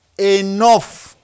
enough